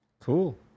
Cool